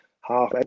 half